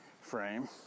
frame